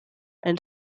and